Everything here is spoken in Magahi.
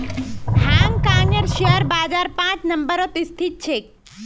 हांग कांगेर शेयर बाजार पांच नम्बरत स्थित छेक